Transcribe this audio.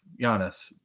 Giannis